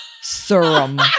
serum